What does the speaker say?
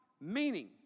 Meaning